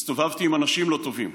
הסתובבתי עם אנשים לא טובים.